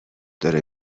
داره